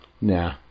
Nah